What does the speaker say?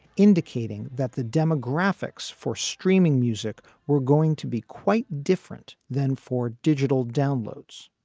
indicating that the demographics for streaming music were going to be quite different than for digital downloads.